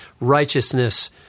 righteousness